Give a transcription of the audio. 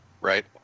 right